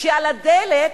שעל הדלק,